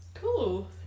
Cool